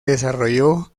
desarrolló